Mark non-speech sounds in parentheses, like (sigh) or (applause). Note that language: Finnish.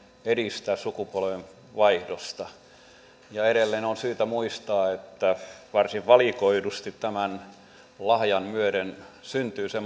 edistää sukupolvenvaihdosta edelleen on syytä muistaa että varsin valikoidusti tämän lahjan myötä syntyy se (unintelligible)